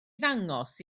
ddangos